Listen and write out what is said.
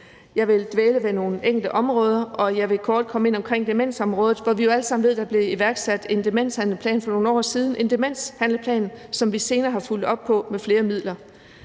Jeg vil dvæle ved nogle enkelte områder, og jeg vil kort komme ind på demensområdet, hvor vi jo alle sammen ved, at der blev iværksat en demenshandleplan for nogle år siden; en demenshandleplan, som vi senere har fulgt op på med flere midler.